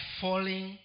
falling